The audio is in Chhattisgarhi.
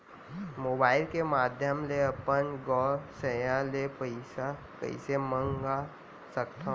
मोबाइल के माधयम ले अपन गोसैय्या ले पइसा कइसे मंगा सकथव?